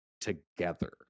together